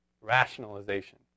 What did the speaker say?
rationalization